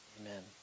amen